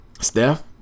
Steph